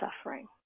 suffering